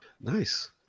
nice